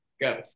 Go